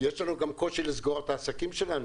גם יש לנו קושי לסגור את העסקים שלנו.